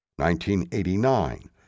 1989